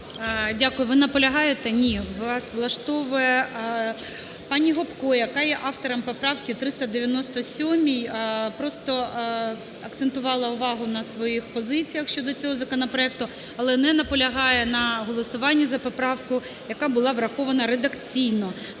Дякую. Ви наполягаєте? Ні. Вас влаштовує. Пані Гопко, яка є автором поправки 397, просто акцентувала увагу на своїх позиціях щодо цього законопроекту, але не наполягає на голосуванні за поправку, яка була врахована редакційно.